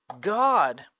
God